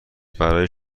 برای